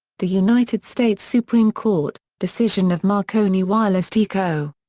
the united states supreme court, decision of marconi wireless t. co.